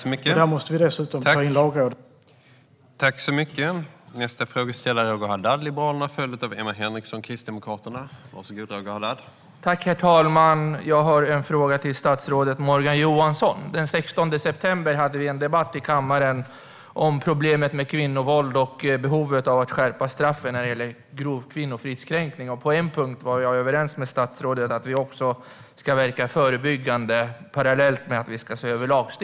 I detta måste vi dessutom ta in Lagrådets uppfattning.